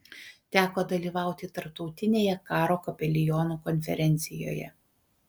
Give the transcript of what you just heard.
teko dalyvauti tarptautinėje karo kapelionų konferencijoje